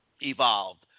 evolved